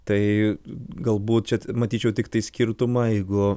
tai galbūt čia matyčiau tiktai skirtumą jeigu